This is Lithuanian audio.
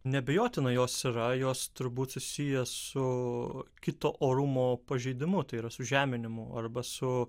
neabejotinai jos yra jos turbūt susiję su kito orumo pažeidimu tai yra su žeminimu arba su